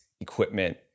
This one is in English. equipment